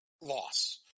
loss